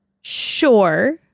Sure